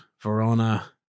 Verona